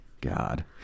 god